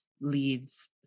leads